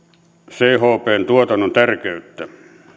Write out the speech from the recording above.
chp tuotannon tärkeyttä